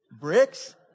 bricks